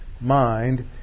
mind